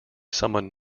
someone